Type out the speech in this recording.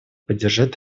поддержать